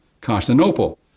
Constantinople